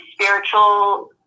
spiritual